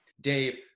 Dave